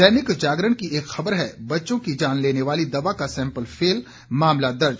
दैनिक जागरण की एक खबर है बच्चों की जान लेने वाली दवा का सैंपल फेल मामला दर्ज